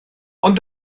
ond